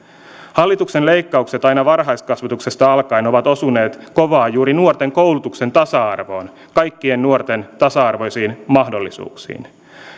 hallituksen leikkaukset aina varhaiskasvatuksesta alkaen ovat osuneet kovaa juuri nuorten koulutuksen tasa arvoon kaikkien nuorten tasa arvoisiin mahdollisuuksiin